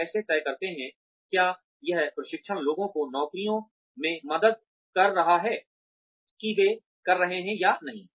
हम कैसे तय करते हैं क्या यह प्रशिक्षण लोगों को नौकरियों में मदद कर रहा है कि वे कर रहे हैं या नहीं